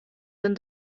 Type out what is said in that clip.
denn